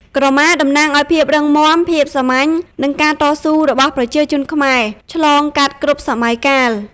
ក្រមាតំណាងឱ្យភាពរឹងមាំ ភាពសាមញ្ញ និងការតស៊ូរបស់ប្រជាជនខ្មែរ ឆ្លងកាត់គ្រប់សម័យកាល។